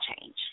change